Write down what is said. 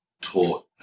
taught